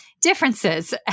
differences